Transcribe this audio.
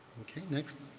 okay, next.